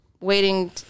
waiting